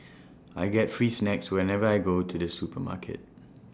I get free snacks whenever I go to the supermarket